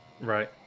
right